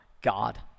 God